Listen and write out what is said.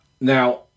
Now